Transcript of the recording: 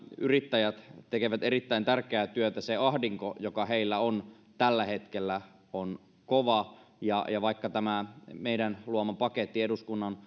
yrittäjät tekevät erittäin tärkeää työtä se ahdinko joka heillä on tällä hetkellä on kova ja ja vaikka tämä meidän luomamme paketti eduskunnan